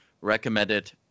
recommended